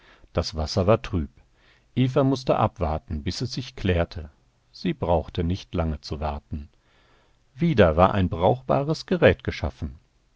das wasser war trüb eva mußte abwarten bis es sich klärte sie brauchte nicht lange zu warten wieder war ein brauchbares gerät geschaffen